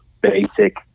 basic